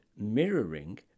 mirroring